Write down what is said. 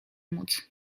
móc